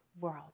world